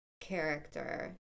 character